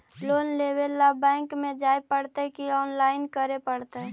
Loan लेवे ल bank में जाय पड़तै कि औनलाइन करे पड़तै?